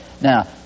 now